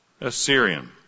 Assyrian